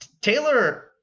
Taylor